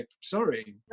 Sorry